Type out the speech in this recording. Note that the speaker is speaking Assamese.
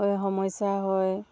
হয় সমস্যা হয়